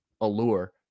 allure